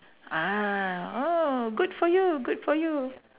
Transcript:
ah oh good for you good for you